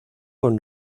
con